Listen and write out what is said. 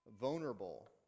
vulnerable